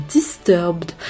Disturbed